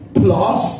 plus